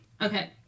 okay